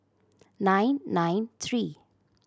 nine nine three